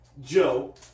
Joe